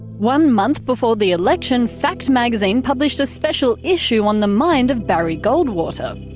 one month before the election fact magazine published a special issue on the mind of barry goldwater.